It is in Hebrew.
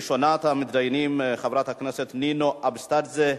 ראשונת המתדיינים, חברת הכנסת נינו אבסדזה.